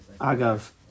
Agav